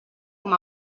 com